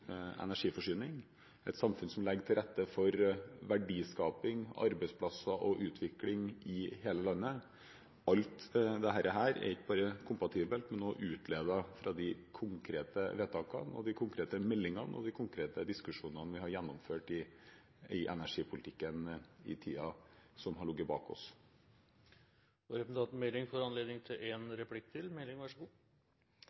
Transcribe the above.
energiforsyning, et samfunn som legger til rette for verdiskaping, arbeidsplasser og utvikling i hele landet. Alt dette er ikke bare kompatibelt, men også utledet av de konkrete vedtakene, de konkrete meldingene og de konkrete diskusjonene vi har gjennomført i energipolitikken i tiden som har ligget bak oss. Jeg er litt usikker på om jeg synes at svaret til statsråden var spesielt ambisiøst. Den saken og